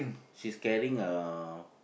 she's carrying a